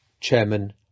chairman